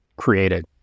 created